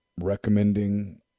recommending